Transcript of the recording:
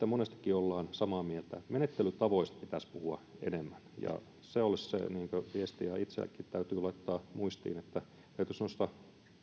monestikin ollaan samaa mieltä mutta menettelytavoista pitäisi puhua enemmän ja se olisi se viesti ja täytyy itsellekin laittaa muistiin että täytyisi noissa